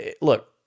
look